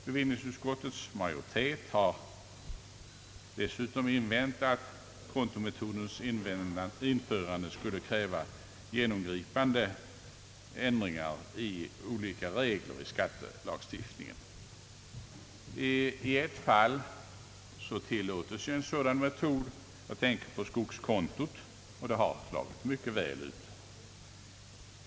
Bevillningsutskottets majoritet har dessutom invänt att kontometodens införande skulle kräva genomgripande ändringar av olika regler i skattelagstiftningen. I ett fall tillåtes en sådan metod — jag tänker på skogskontot — och den metoden har här slagit mycket väl ut.